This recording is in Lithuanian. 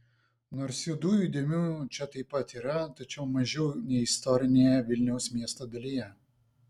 nors juodųjų dėmių čia taip pat yra tačiau mažiau nei istorinėje vilniaus miesto dalyje